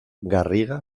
garriga